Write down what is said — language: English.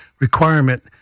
requirement